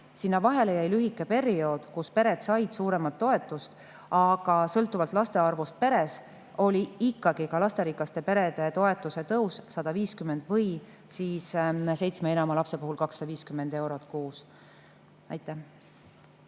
sinna vahele jäi lühike periood, kus pered said suuremat toetust, aga sõltuvalt laste arvust peres oli ikkagi ka lasterikaste perede toetuse tõus 150 või siis seitsme ja enama lapse puhul 250 eurot kuus. Helmen